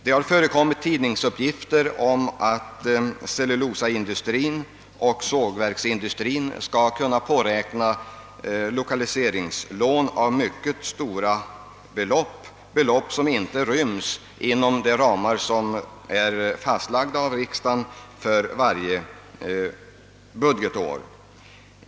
Det har förekommit tidningsuppgifter om att cellulosaindustrin och = sågverksindustrin skall kunna påräkna lokaliseringslån till mycket stora belopp, som inte ryms inom de ramar som är fastlagda av riksdagen för varje budgetår.